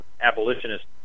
abolitionist